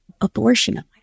abortion